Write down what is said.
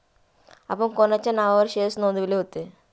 आपण कोणाच्या नावावर शेअर्स नोंदविले होते?